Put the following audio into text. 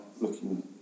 looking